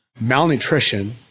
malnutrition